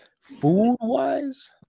Food-wise